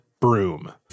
broom